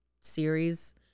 series